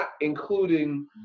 including